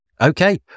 Okay